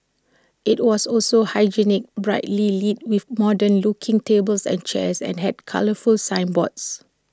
IT was also hygienic brightly lit with modern looking tables and chairs and had colourful signboards